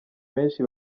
benshi